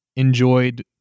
enjoyed